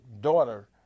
daughter